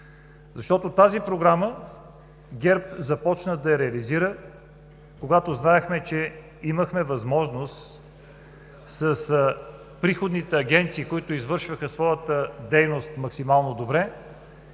Защото ГЕРБ започна да реализира Програмата, когато знаехме, че имаме възможност с приходните агенции, които извършваха своята дейност максимално добре